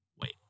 wait